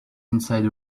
inside